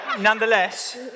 nonetheless